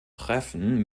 treffen